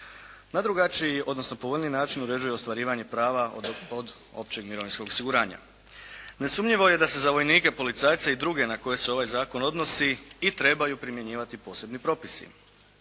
na drugačiji, odnosno povoljniji način određuje ostvarivanje prava od općeg mirovinskog osiguranja. Nesumnjivo je da se za vojnike, policajce i druge na koje se ovaj zakon odnosi i trebaju primjenjivati posebni propisi.